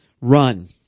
Run